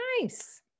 Nice